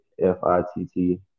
F-I-T-T